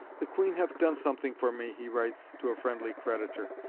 the queen hath done something for me, he writes to a friendly creditor,